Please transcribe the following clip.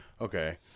Okay